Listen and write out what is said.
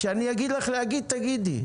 כשאני אגיד לך להגיד, תגידי.